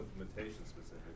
implementation-specific